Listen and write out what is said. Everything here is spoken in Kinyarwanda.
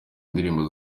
indirimbo